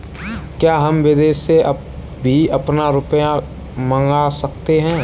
क्या हम विदेश से भी अपना रुपया मंगा सकते हैं?